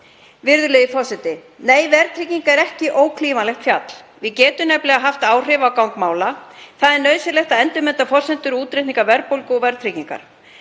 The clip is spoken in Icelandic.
Virðulegi forseti. Nei, verðtrygging er ekki óklífanlegt fjall. Við getum nefnilega haft áhrif á gang mála. Það er nauðsynlegt að endurmeta forsendur og útreikninga verðbólgu og verðtryggingar.